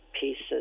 pieces